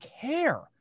care